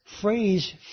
phrase